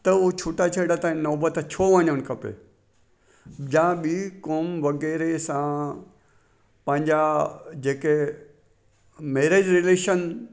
त उहो छुटा छेड़ा ताईं नौबत छो वञनि खपे या ॿी क़ौमु वग़ैरह सां पंहिंजा जेके मैरिज रिलेशन